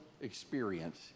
experience